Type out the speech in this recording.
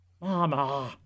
Mama